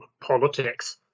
politics